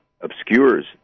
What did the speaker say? obscures